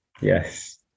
Yes